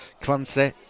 Clancy